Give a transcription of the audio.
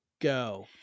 go